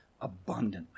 abundantly